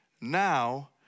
now